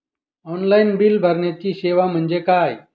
Online bill भरण्याची सेवा म्हणजे काय?